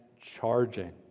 charging